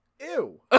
ew